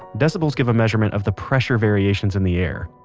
decibels give a measurement of the pressure variations in the air.